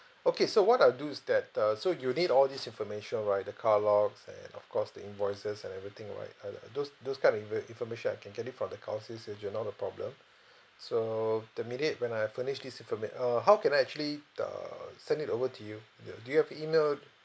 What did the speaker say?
okay so what I'll do is that uh so you need all this information right the car logs and course the invoices and everything right uh uh those those kind of inve~ information I can get it from the car sales agent not a problem so the minute when I have furnished this informa~ err how can I actually t~ err send it over to you do you do you have email adre~